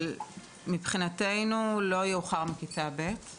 בכל מקרה, מבחינתנו לא יאוחר מכיתה ב';